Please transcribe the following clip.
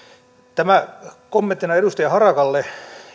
tämä kommenttina edustaja harakalle